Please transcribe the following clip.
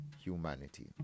humanity